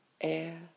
air